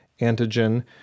antigen